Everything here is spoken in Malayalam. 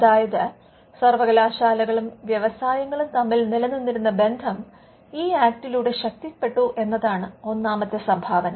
അതായത് സർവകലാശാലകളും വ്യവസായങ്ങളും തമ്മിൽ നിലനിന്നിരുന്ന ബന്ധം ഈ ആക്ടിലൂടെ ശക്തിപ്പെട്ടു എന്നതാണ് ഒന്നാമത്തെ സംഭാവന